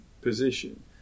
position